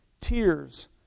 Tears